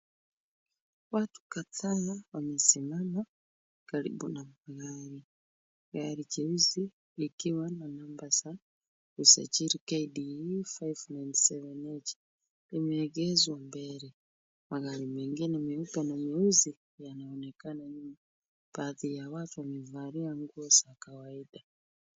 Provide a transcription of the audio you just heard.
Watu kadhaa wamesimama karibu na gari. Gari jeusi likiwa na namba za usajili KDU 597H, limeegezwa mbele. Magari mengine meupe na meusi yanaonekana nyuma. Baadhi ya watu wamevalia nguo za kawaida.